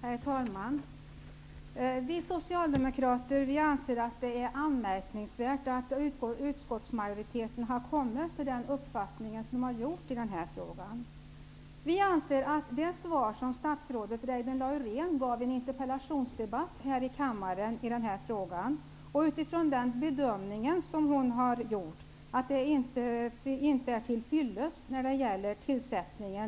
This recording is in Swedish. Herr talman! Vi socialdemokrater anser att det är anmärkningsvärt att utskottsmajoriteten har kommit fram till den uppfattning som den hamnat på i denna fråga. Vi anser inte att det svar som statsrådet Reidunn Laurén gav i en interpellationsdebatt här i kammaren i frågan om tillsättningen av posten som sekreterare i denna kommitté var till fyllest utifrån den bedömning